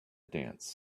dance